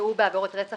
שהורשעו בעבירות רצח